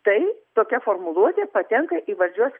tai tokia formuluotė patenka į valdžios